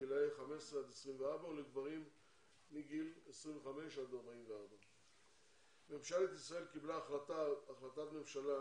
בגילאי 15 עד 24 ולגברים מגיל 25 עד 44. ממשלת ישראל קיבלה החלטת ממשלה